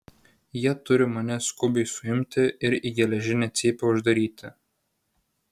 jie turi mane skubiai suimti ir į geležinę cypę uždaryti